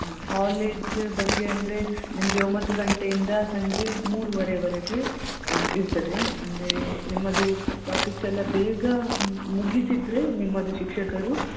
ಹಾಂ ಕಾಲೇಜ್ ಬಗ್ಗೆ ಅಂದರೆ ನಿಮಗೆ ಒಂಬತ್ತು ಗಂಟೆಯಿಂದ ಸಂಜೆ ಮೂರುವರೆಯವರೆಗೆ ಇರ್ತದೆ ಅಂದರೆ ನಿಮ್ಮದು ಟಾಪಿಕ್ಸೆಲ್ಲ ಬೇಗ ಮು ಮುಗಿಸಿದರೆ ನಿಮ್ಮದು ಶಿಕ್ಷಕರು